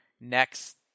next